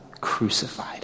crucified